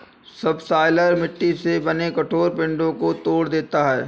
subsoiler मिट्टी से बने कठोर पिंडो को तोड़ देता है